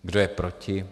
Kdo je proti?